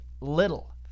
Little